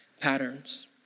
patterns